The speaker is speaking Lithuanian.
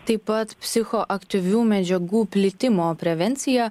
taip pat psichoaktyvių medžiagų plitimo prevencija